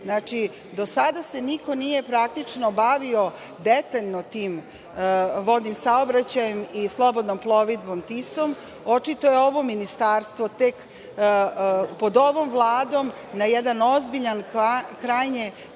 Znači, do sada se niko nije bavio detaljno tim vodnim saobraćajem i slobodnom plovidbom Tisom. Očito je ovo ministarstvo, pod ovom Vladom, na jedan ozbiljan, krajnje